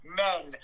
men